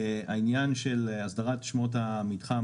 העניין של אסדרת שמות המתחם,